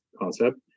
concept